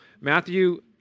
Matthew